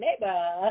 neighbor